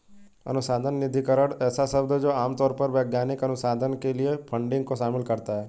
अनुसंधान निधिकरण ऐसा शब्द है जो आम तौर पर वैज्ञानिक अनुसंधान के लिए फंडिंग को शामिल करता है